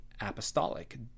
apostolic